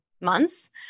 months